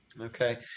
Okay